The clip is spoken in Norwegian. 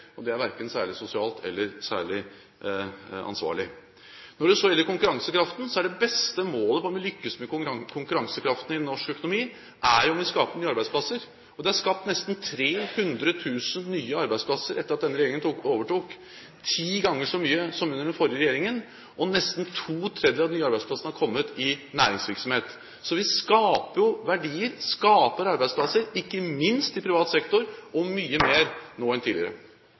og det er verken særlig sosialt eller særlig ansvarlig. Når det så gjelder konkurransekraften, er det beste målet på om vi lykkes med konkurransekraften i norsk økonomi, om vi skaper nye arbeidsplasser. Det er skapt nesten 300 000 nye arbeidsplasser etter at denne regjeringen overtok – ti ganger så mange som under den forrige regjeringen. Nesten to tredjedeler av de nye arbeidsplassene er kommet i næringsvirksomhet, så vi skaper jo verdier. Vi skaper arbeidsplasser, ikke minst i privat sektor, og mange flere nå enn tidligere.